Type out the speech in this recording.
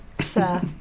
sir